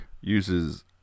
uses